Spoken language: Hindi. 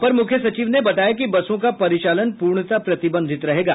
अपर मुख्य सचिव ने बताया कि बसों का परिचालन पूर्णतः प्रतिबंधित रहेगा